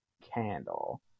candle